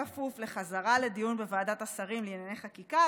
ובכפוף לחזרה לדיון בוועדת השרים לענייני חקיקה.